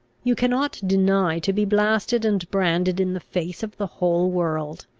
you cannot deny to be blasted and branded in the face of the whole world?